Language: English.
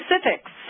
specifics